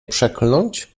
przekląć